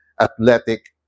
athletic